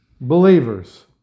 believers